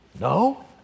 No